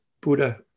Buddha